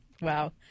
Wow